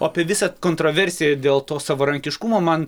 o apie visą kontroversiją dėl to savarankiškumo man